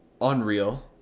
unreal